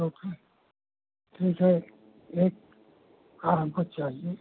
तो फिर ठीक है एक कार हमको चाहिए